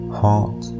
heart